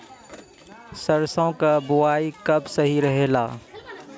सरसों क बुवाई कब सही रहेला?